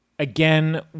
Again